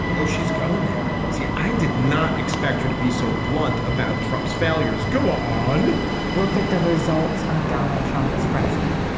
oh, she's going there. see, i did not expect her to be so blunt about trump's failures. go on look at the results of donald trump as president.